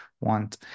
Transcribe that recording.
want